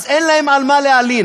אז אין להם על מה להלין.